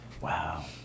Wow